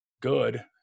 good